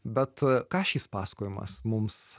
bet ką šis pasakojimas mums